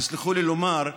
וסלחו לי על האמירה,